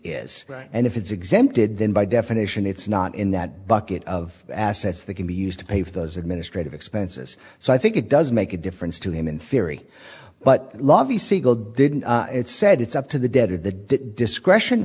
is right and if it's exempted then by definition it's not in that bucket of assets that can be used to pay for those administrative expenses so i think it does make a difference to him in theory but lovie siegel didn't it said it's up to the dead or the didn't discretion